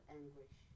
anguish